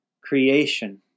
creation